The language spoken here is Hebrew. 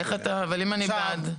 אם אני בעד?